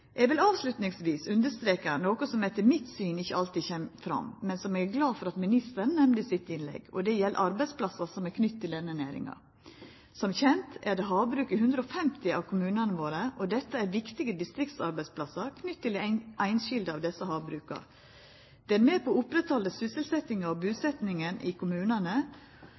Eg vil avslutningsvis understreka noko som etter mitt syn ikkje alltid kjem fram, men som eg er glad for at ministeren nemnde i sitt innlegg, og det gjeld arbeidsplassar som er knytte til denne næringa. Som kjent er det havbruk i 150 av kommunane våre, og det er viktige distriktsarbeidsplassar knytte til dei einskilde havbruka. Det er med på å halde oppe sysselsetjinga og busetnaden i kommunane.